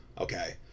Okay